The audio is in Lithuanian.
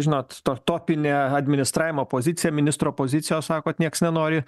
žinot to topinė administravimo pozicija ministro pozicijos sakot niekas nenori